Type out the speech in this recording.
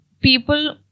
People